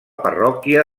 parròquia